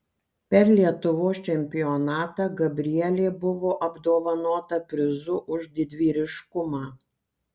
per lietuvos čempionatą gabrielė buvo apdovanota prizu už didvyriškumą